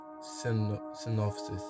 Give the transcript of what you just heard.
synopsis